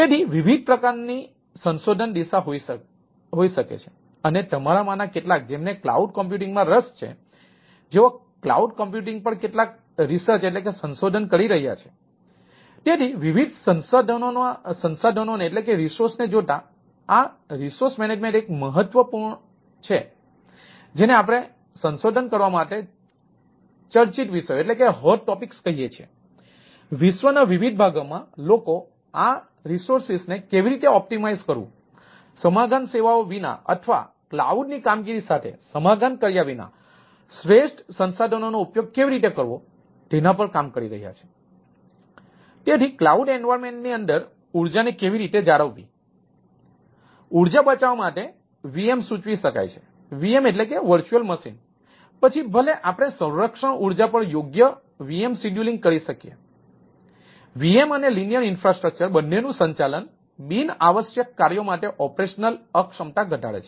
તેથી વિવિધ પ્રકારની સંશોધનની કામગીરી સાથે સમાધાન કર્યા વિના શ્રેષ્ઠ સંસાધનો નો ઉપયોગ કેવી રીતે કરવો તેના પર કામ કરી રહ્યા છે તેથી કલાઉડ એન્વાઇરન્મન્ટ બંનેનું સંચાલન બિન આવશ્યક કાર્યો માટે ઓપરેશનલ અક્ષમતા ઘટાડે છે